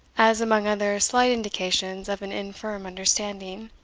as, among other slight indications of an infirm understanding,